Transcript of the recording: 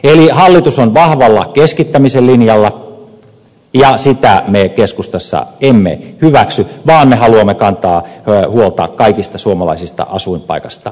eli hallitus on vahvalla keskittämisen linjalla ja sitä me keskustassa emme hyväksy vaan me haluamme kantaa huolta kaikista suomalaisista asuinpaikasta riippumatta